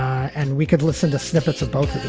and we could listen to snippets of both